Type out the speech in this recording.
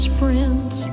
friends